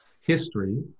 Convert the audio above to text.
history